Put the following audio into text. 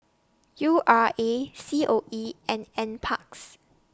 U R A C O E and N Parks